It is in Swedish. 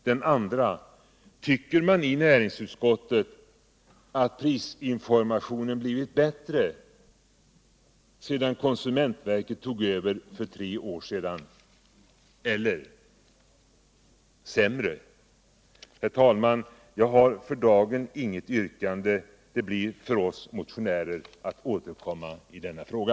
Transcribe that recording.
Den andra frågan lyder: Anser man i niringsutskottet att prisinformationen blivit bättre eller sämre sedan konsumentverket tog över för tre år sedan? Herr talman! Jag har för dagen inget yrkande. Vi motionärer återkommer i denna fråga.